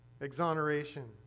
Exoneration